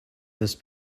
this